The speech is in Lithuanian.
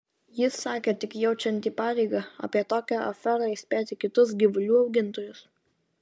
ji sakė tik jaučianti pareigą apie tokią aferą įspėti kitus gyvulių augintojus